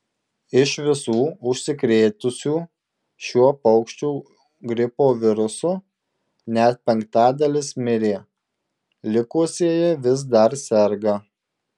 iš visų užsikrėtusių šiuo paukščių gripo virusu net penktadalis mirė likusieji vis dar serga